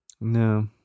No